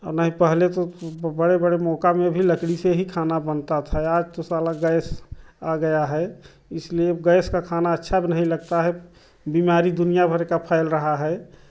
हमें पहले तो बड़े बड़े मौका में भी लकड़ी से ही खाना बनता था आज तो साला गैस आ गया है इसलिए गैस का खाना अच्छा भी नहीं लगता है बीमारी दुनिया भर का फैल रहा है